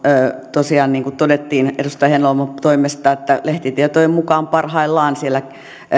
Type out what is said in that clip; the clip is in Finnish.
niin kuin todettiin edustaja heinäluoman toimesta että lehtitietojen mukaan parhaillaan siellä